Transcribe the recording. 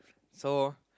so